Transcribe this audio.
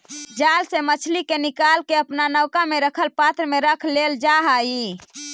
जाल से मछली के निकालके अपना नौका में रखल पात्र में रख लेल जा हई